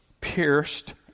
pierced